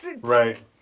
right